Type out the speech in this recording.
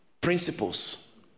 principles